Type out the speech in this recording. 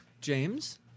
James